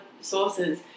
sources